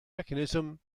mechanism